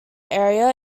area